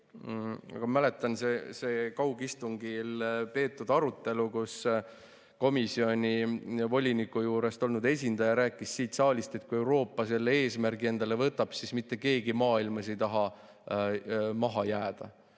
ma mäletan seda kaugistungil peetud arutelu, kus komisjoni voliniku juurest tulnud esindaja rääkis siin saalis, et kui Euroopa selle eesmärgi endale võtab, siis mitte keegi maailmas ei taha maha jääda.